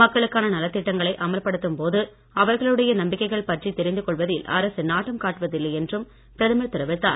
மக்களுக்கான நலத்திட்டங்களை அமல்படுத்தும் போது அவர்களுடைய நம்பிக்கைகள் பற்றி தெரிந்து கொள்வதில் அரசு நாட்டம் காட்டுவதில்லை என்றும் பிரதமர் தெரிவித்தார்